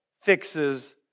fixes